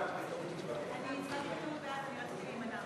הצביעו בעדה, אחד הצביע נגד, אין נמנעים.